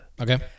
Okay